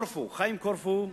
חיים קורפו,